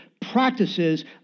practices